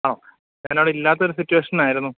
ആ ഞാൻ അവിടെ ഇല്ലാത്തൊരു സിറ്റുവേഷനായിരുന്നു